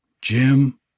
Jim